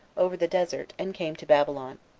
over the desert, and came to babylon.